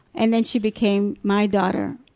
and then she became my daughter.